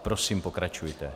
Prosím, pokračujte.